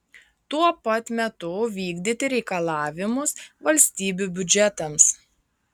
tuo pat metu vykdyti reikalavimus valstybių biudžetams